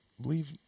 Believe